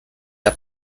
der